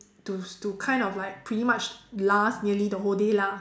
to to kind of like pretty much last nearly the whole day lah